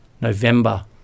November